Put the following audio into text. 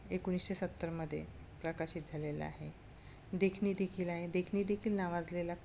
एकोणीसशे सत्तरमध्ये प्रकाशित झालेलं आहे देखणी देखील आहे देखणी देखील नावाजलेला